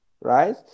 right